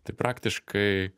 tai praktiškai